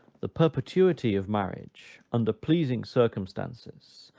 the perpetuity of marriage, under pleasing circumstances,